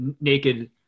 naked